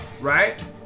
Right